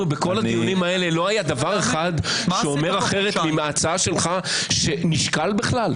כל הדיונים האלה לא היה דבר אחד שאומר אחרת מההצעה שלך שנשקל בכלל?